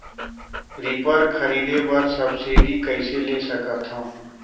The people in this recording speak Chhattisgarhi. रीपर खरीदे बर सब्सिडी कइसे ले सकथव?